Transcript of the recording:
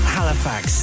Halifax